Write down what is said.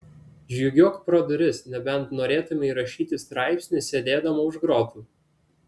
žygiuok pro duris nebent norėtumei rašyti straipsnį sėdėdama už grotų